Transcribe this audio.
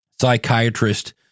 psychiatrist